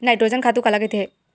Nitrogen खातु काला कहिथे?